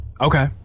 Okay